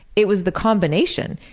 it was the combination,